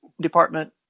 department